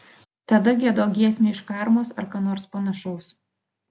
tada giedok giesmę iš karmos ar ką nors panašaus